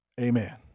Amen